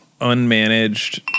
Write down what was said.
unmanaged